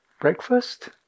Breakfast